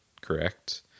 Correct